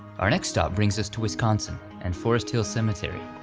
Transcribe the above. our next stop brings us to wisconsin, and forest hill cemetery.